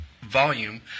volume